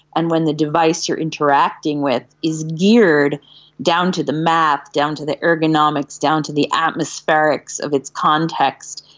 and when the device you're interacting with is geared down to the maths, down to the ergonomics, down to the atmospherics of its context,